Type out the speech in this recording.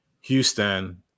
Houston